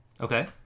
Okay